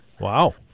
Wow